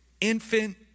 infant